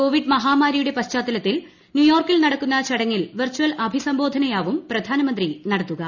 Covid മഹാമാരിയുടെ പശ്ചാത്തലത്തിൽ ന്യൂയോർക്കിൽ നടക്കുന്ന ചടങ്ങിൽ വിർചൽ അഭിസംബോധനയാവും പ്രധാനമന്ത്രി നടത്തുക